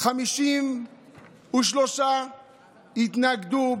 53 התנגדו,